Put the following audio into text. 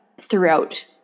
throughout